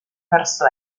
verso